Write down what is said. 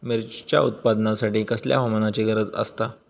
मिरचीच्या उत्पादनासाठी कसल्या हवामानाची गरज आसता?